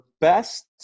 best